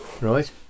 right